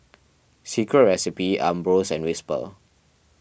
Secret Recipe Ambros and Whisper